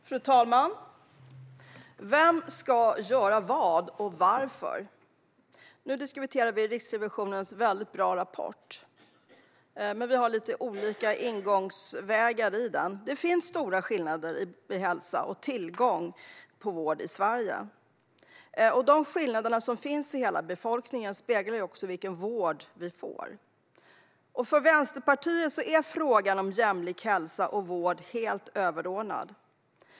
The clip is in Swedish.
Fru talman! Vem ska göra vad och varför? I dag diskuterar vi Riksrevisionens utmärkta rapport, men vi har lite olika ingångar. Det finns stora skillnader i hälsa och tillgång till vård i Sverige. De skillnader som finns hos befolkningen speglar även vilken vård vi får. För Vänsterpartiet är frågan om jämlik hälsa och vård helt överordnad.